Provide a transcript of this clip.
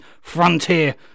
Frontier